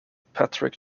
patrick